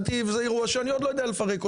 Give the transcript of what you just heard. "נתי"ב" זה אירוע שאני עוד לא יודע לפרק אותו.